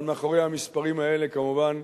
אבל מאחורי המספרים האלה, כמובן,